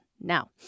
Now